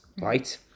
right